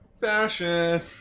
fashion